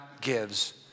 gives